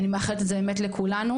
אני מאחלת את זה באמת לכולנו.